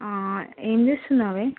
ఏమి చేస్తున్నావు